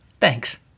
Thanks